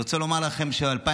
אני רוצה לומר לכם שב-2013,